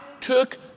took